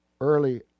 early